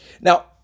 Now